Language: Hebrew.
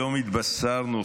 היום התבשרנו,